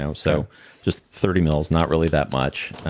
so so just thirty mls not really that much.